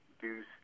Deuce